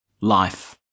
life